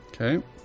Okay